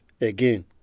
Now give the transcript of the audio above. again